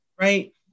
right